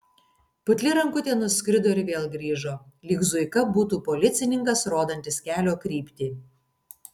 putli rankutė nuskrido ir vėl grįžo lyg zuika būtų policininkas rodantis kelio kryptį